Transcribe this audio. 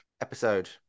episode